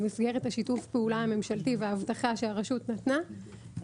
במסגרת שיתוף הפעולה הממשלתי וההבטחה שהרשות נתנה,